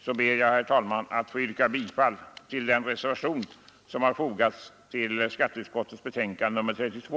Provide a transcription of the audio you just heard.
Jag ber därför att få yrka bifall till den reservation som fogats vid skatteutskottets betänkande nr 32.